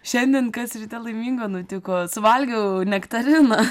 šiandien kas ryte laimingo nutiko suvalgiau nektariną